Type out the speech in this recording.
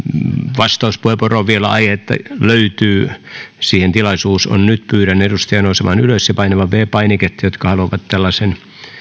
vastauspuheenvuoroon vielä aihetta löytyy siihen tilaisuus on nyt pyydän niitä edustajia nousemaan ylös ja painamaan viides painiketta jotka haluavat tällaisen